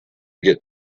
get